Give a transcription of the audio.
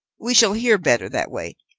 we shall hear better that way.